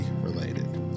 related